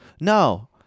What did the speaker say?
No